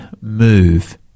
move